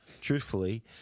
truthfully